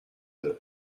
داره